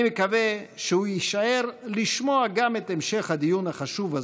אני מקווה שהוא יישאר לשמוע גם את המשך הדיון החשוב הזה.